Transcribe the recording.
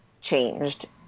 changed